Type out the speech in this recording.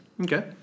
Okay